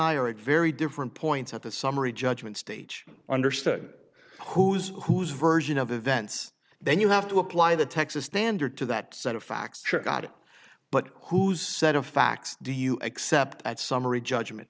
i are at very different points at the summary judgment stage understood who's whose version of events then you have to apply the texas standard to that set of facts god but whose set of facts do you accept that summary judgment